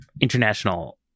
international